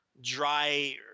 dry